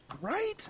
Right